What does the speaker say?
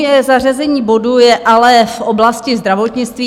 Mé zařazení bodu je v oblasti zdravotnictví.